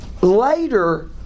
Later